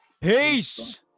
Peace